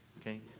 Okay